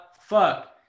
fuck